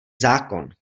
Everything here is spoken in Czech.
zákon